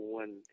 one